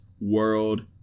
world